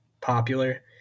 popular